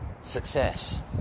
success